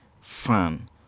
fan